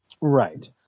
Right